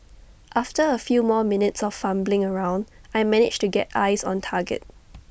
after A few more minutes of fumbling around I managed to get eyes on target